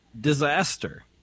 disaster